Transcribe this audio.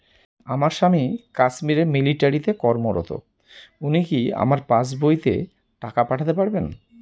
আমার স্বামী কাশ্মীরে মিলিটারিতে চাকুরিরত উনি কি আমার এই পাসবইতে টাকা পাঠাতে পারবেন?